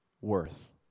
worth